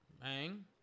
bang